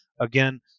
again